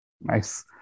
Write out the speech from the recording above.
Nice